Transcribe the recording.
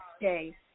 day